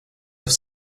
have